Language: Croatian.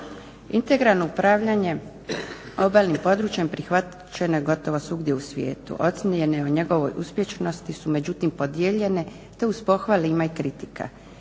Integralno upravljanje obalnim područje prihvaćeno je gotovo svugdje u svijetu. Ocijene o njegovoj uspješnosti su međutim podijeljene, te uz pohvale ima i kritika.